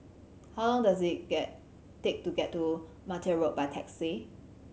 how long does it get take to get to Martia Road by taxi